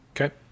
Okay